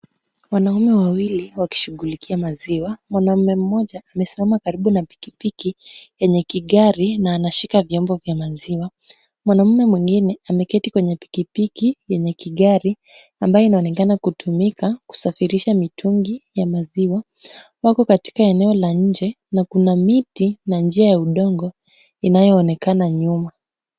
Wanaume wawili wakishughulikia maziwa. Mwanaume mmoja amesimama karibu na pikipiki yenye kigari na anashika vyombo vya maziwa. Mwanaume mwingine ameketi kwenye pikipiki yenye kigari ambayo inaonekana kutumika kusafirisha mitungi ya maziwa. Wako katika eneo la nje na kuna miti na njia ya udongo inayoonekana nyuma.